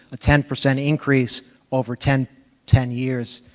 a ten percent increase over ten ten years,